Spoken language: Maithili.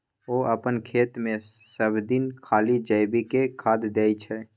ओ अपन खेतमे सभदिन खाली जैविके खाद दै छै